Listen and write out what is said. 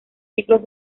ciclos